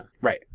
Right